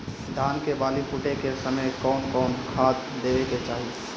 धान के बाली फुटे के समय कउन कउन खाद देवे के चाही?